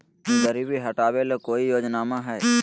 गरीबी हटबे ले कोई योजनामा हय?